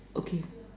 okay